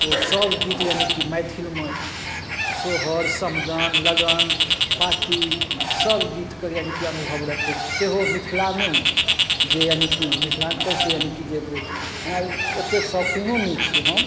ओसब गीत यानीकि मैथिलीमे सोहर समदाउन लगन पाती सबगीतके यानीकि अनुभव रखै छी सेहो मिथिलामे जे यानीकि मिथिलाञ्चलसँ यानीकि जे हमरा ओतेक शौकीनो नहि छी हम